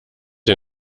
ihr